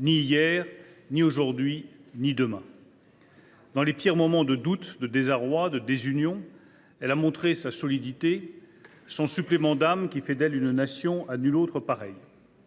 ni hier, ni aujourd’hui, ni demain. « Dans les pires moments de doute, de désarroi et de désunion, elle a montré sa solidité et son supplément d’âme qui fait d’elle une nation à nulle autre pareille.